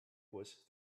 was